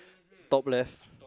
top left